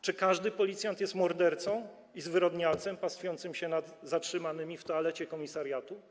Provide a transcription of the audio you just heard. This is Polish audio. Czy każdy policjant jest mordercą i zwyrodnialcem pastwiącym się nad zatrzymanymi w toalecie komisariatu?